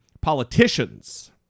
politicians